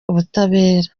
ubutabera